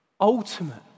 ultimate